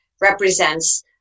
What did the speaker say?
represents